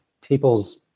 People's